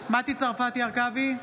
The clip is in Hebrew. מטי צרפתי הרכבי,